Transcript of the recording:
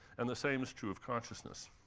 and the same is true of consciousness.